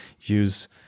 use